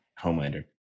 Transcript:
Homelander